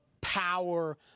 power